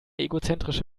egozentrische